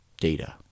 data